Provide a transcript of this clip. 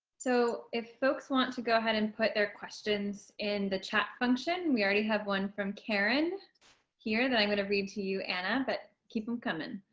so if folks want to go ahead and put their questions in the chat function. we already have one from karen here that i'm going to read to you, anna, but keep them coming.